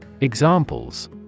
Examples